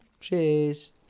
Cheers